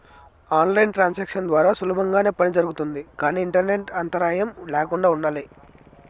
on line transactions ద్వారా సులభంగానే పని జరుగుతుంది కానీ ఇంటర్నెట్ అంతరాయం ల్యాకుండా ఉండాలి